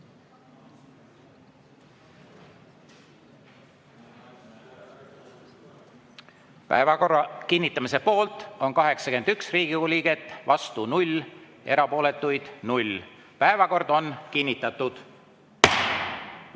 Päevakord on kinnitatud.